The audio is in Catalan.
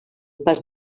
pas